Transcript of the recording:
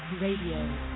Radio